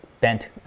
bent